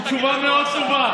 ותשובה מאוד טובה.